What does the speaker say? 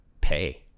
pay